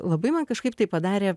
labai man kažkaip tai padarė